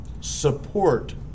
support